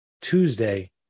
Tuesday